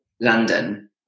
london